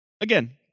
Again